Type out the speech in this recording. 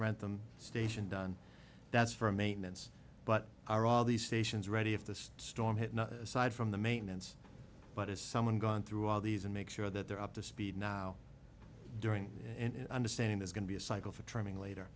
wrentham station done that's for maintenance but are all these stations ready if the storm hit aside from the maintenance but is someone gone through all these and make sure that they're up to speed now during and understanding is going to be a cycle for trimming later